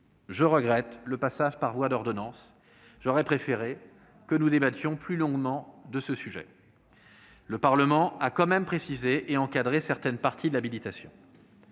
je regrette le choix de légiférer par voie d'ordonnances. J'aurais préféré que nous débattions plus longuement de ce sujet. Le Parlement a tout de même précisé et encadré certaines parties de l'habilitation.